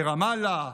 ברמאללה,